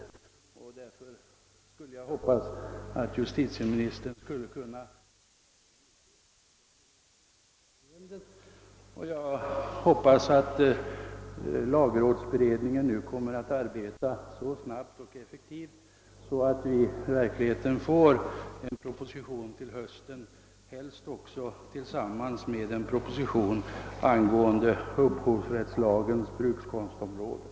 Min förhoppning är alltså att justitieministern kan lätta på slöjan också i detta avseende. Jag hoppas vidare att lagrådsberedningen nu kommer att arbeta så snabbt och effektivt att en proposition om mönsterskyddet kan presenteras i höst, helst också tillsammans med en proposition om upphovsrättslagens brukskonstområde.